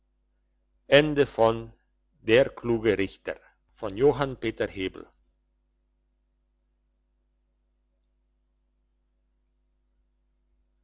der kluge richter